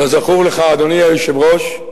כזכור לך, אדוני היושב-ראש,